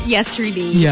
Yesterday